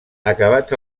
acabats